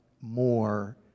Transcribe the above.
more